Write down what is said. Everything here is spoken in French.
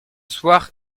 soir